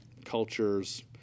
cultures